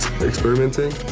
experimenting